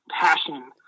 passion